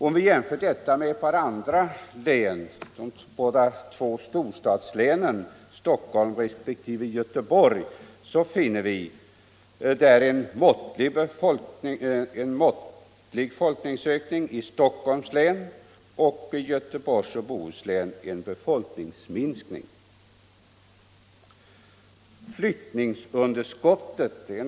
Om vi jämför detta med de två storstadslänen, Stockholm resp. Göteborg, finner vi där en måttlig folkökning i Stockholms län och en befolkningsminskning i Göteborgs och Bohus län.